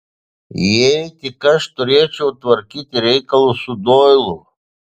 jei tik aš turėčiau tvarkyti reikalus su doiliu